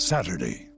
Saturday